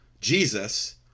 Jesus